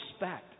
respect